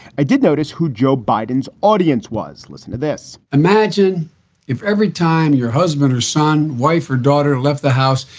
i did notice who joe biden's audience was. listen to this imagine if every time your husband or son, wife or daughter left the house,